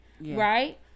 Right